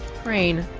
crane